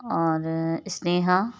और स्नेहा